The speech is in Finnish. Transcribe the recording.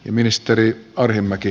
ministeri arhinmäki